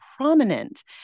prominent